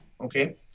okay